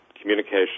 communication